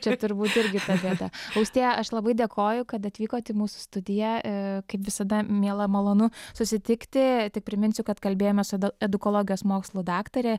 čia turbūt irgi ta bėda austėja aš labai dėkoju kad atvykote į mūsų studiją kaip visada miela malonu susitikti tik priminsiu kad kalbėjome su edukologijos mokslų daktare